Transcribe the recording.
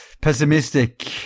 pessimistic